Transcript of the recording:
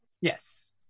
Yes